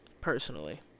personally